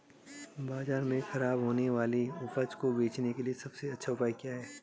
बाजार में खराब होने वाली उपज को बेचने के लिए सबसे अच्छा उपाय क्या हैं?